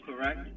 correct